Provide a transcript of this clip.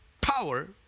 power